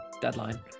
deadline